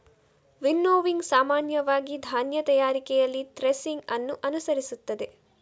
winnowing ಸಾಮಾನ್ಯವಾಗಿ ಧಾನ್ಯ ತಯಾರಿಕೆಯಲ್ಲಿ ಥ್ರೆಸಿಂಗ್ ಅನ್ನು ಅನುಸರಿಸುತ್ತದೆ